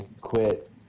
quit